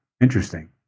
Interesting